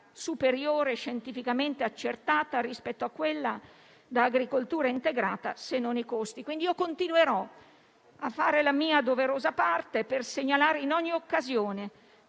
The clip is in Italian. superiore scientificamente accertata rispetto a quelli da agricoltura integrata, se non i costi. Continuerò, pertanto, a fare la mia doverosa parte per segnalare in ogni occasione